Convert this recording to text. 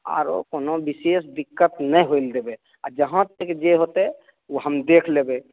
आरो कोनो बिशेष दिक्कत नहि होइ लए देबै आ जहाँ तक जे होतै ओ हम देख लेबै